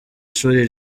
ishuri